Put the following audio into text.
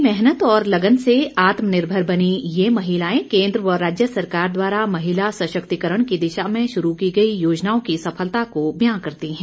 अपनी मेहनत और लग्न से आत्मनिर्भर बनी ये महिलाएं केंद्र व राज्य सरकार द्वारा महिला सशक्तिकरण की दिशा शुरू की गई योजनाओं की सफलता को बयां करती हैं